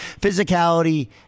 physicality